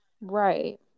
right